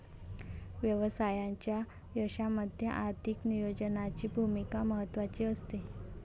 व्यवसायाच्या यशामध्ये आर्थिक नियोजनाची भूमिका महत्त्वाची असते